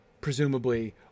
presumably